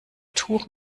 tuch